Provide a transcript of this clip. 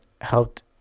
helped